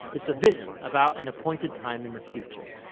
it's a vision about an appointed time in the future,